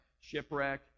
shipwreck